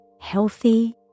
healthy